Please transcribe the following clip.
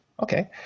Okay